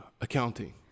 accounting